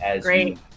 Great